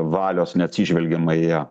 valios neatsižvelgiama į ją